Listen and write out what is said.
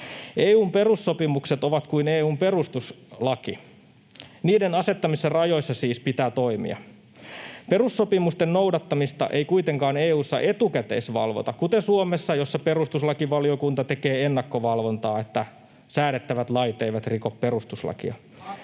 EU:n perussopimukset ovat kuin EU:n perustuslaki, niiden asettamissa rajoissa siis pitää toimia. Perussopimusten noudattamista ei kuitenkaan EU:ssa etukäteisvalvota, kuten Suomessa, missä perustuslakivaliokunta tekee ennakkovalvontaa, että säädettävät lait eivät riko perustuslakia.